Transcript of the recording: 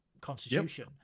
constitution